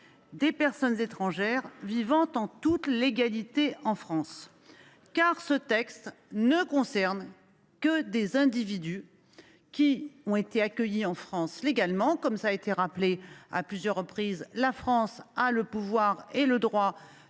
des personnes étrangères vivant en toute légalité en France ? En effet, ce texte ne concerne que des individus accueillis légalement en France. Cela a été rappelé à plusieurs reprises, la France a le pouvoir et le droit